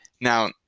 Now